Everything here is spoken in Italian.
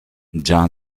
già